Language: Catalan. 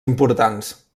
importants